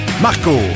Marco